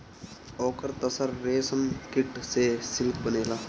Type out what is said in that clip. ओकर तसर रेशमकीट से सिल्क बनेला